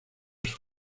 sus